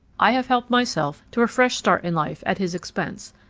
i have helped myself to a fresh start in life at his expense.